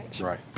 Right